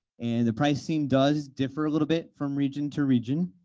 and the pricing does differ a little bit from region to region.